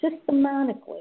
systematically